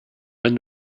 when